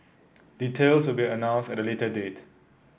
details will be announced at a later date